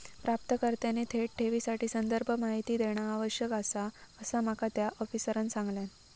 प्राप्तकर्त्याने थेट ठेवीसाठी संदर्भ माहिती देणा आवश्यक आसा, असा माका त्या आफिसरांनं सांगल्यान